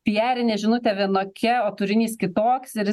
piarinė žinutė vienokia o turinys kitoks ir